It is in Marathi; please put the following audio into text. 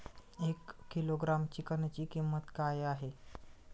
एक किलोग्रॅम चिकनची किंमत काय आहे?